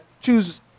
choose